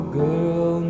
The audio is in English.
girl